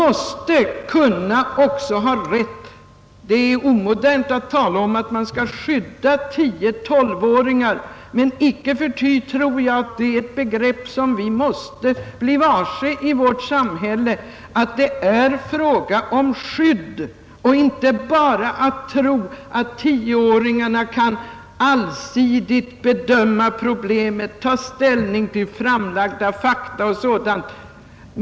Det är omodernt att tala om att man skall skydda tiotolvåringar, men icke förty tror jag att det är ett begrepp som vi måste bli varse i vårt samhälle, att det är fråga om skydd. Vi skall inte bara tro att tioåringarna allsidigt kan bedöma problemen, ta ställning till framlagda fakta och sådant.